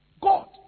God